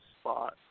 spot